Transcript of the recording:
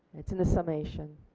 it's in the summation.